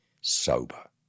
Sober